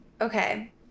Okay